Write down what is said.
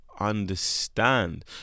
Understand